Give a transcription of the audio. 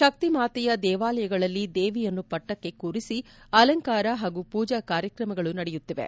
ಶಕ್ತಿಮಾತೆಯ ದೇವಾಲಯಗಳಲ್ಲಿ ದೇವಿಯನ್ನು ಪಟ್ಟಕ್ಕೆ ಕೂರಿಸಿ ಅಲಂಕಾರ ಹಾಗೂ ಪೂಜಾ ಕಾರ್ಯಕ್ರಮಗಳು ನಡೆಯುತ್ತಿವೆ